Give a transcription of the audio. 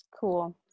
Cool